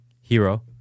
hero